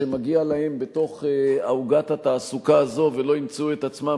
שמגיע להם בעוגת התעסוקה הזאת ולא ימצאו את עצמם,